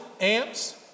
amps